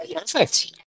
Perfect